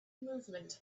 movement